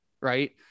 right